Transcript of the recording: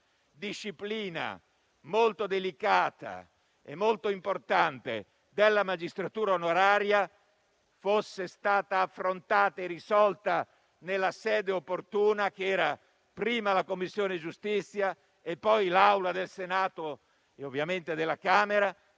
disciplina molto delicata e importante della magistratura onoraria fosse stata affrontata e risolta nelle sedi opportune: la Commissione giustizia, prima, e l'Aula del Senato, poi, e ovviamente la Camera,